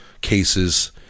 cases